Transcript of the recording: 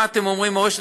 מה אתם אומרים "מורשת"?